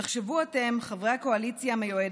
תחשבו אתם, חברי הקואליציה המיועדת,